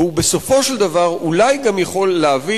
והוא בסופו של דבר אולי גם יכול להביא